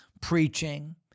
preaching